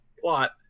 plot